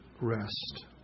rest